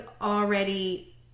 already